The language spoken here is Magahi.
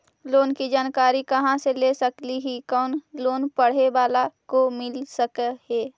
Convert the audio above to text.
लोन की जानकारी कहा से ले सकली ही, कोन लोन पढ़े बाला को मिल सके ही?